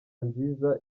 nziza